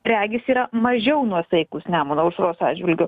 regis yra mažiau nuosaikūs nemuno aušros atžvilgiu